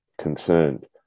concerned